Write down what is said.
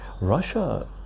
Russia